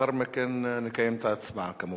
לאחר מכן נקיים את ההצבעה, כמובן.